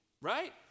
right